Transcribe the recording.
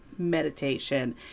meditation